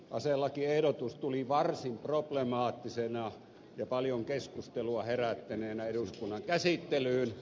aselakiehdotus tuli varsin problemaattisena ja paljon keskustelua herättäneenä eduskunnan käsittelyyn